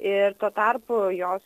ir tuo tarpu jos